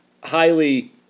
highly